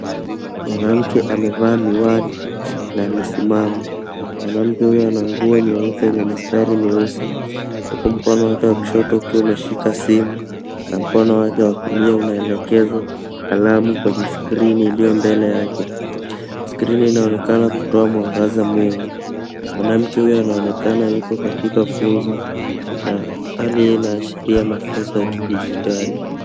Mwanamke amevaa miwani na amesimama. Mwanamke huyo ana nguo nyeupe yenye mistari mweusi huku mkono wake wa kushoto ukiwa umeshika simu na mkono wake wa kulia unaelekeza kalamu kwenye skrini iliyo mbele yake. Skrini inaonekana kutoa mwangaza mwingi. Mwanamke huyo anaonekana yuko katika funzo na hali hii inaashiria mafunzo ya kidijitali.